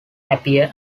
appear